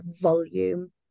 volume